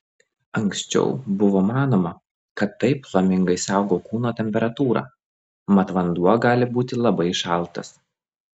anksčiau buvo manoma kad taip flamingai saugo kūno temperatūrą mat vanduo gali būti labai šaltas